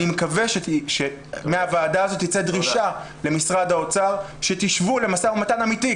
אני מקווה שמהוועדה הזו תצא דרישה ממשרד האוצר שתשבו למשא ומתן אמיתי,